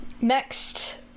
Next